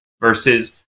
versus